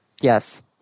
Yes